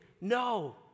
No